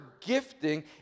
gifting